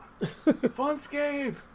funscape